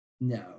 no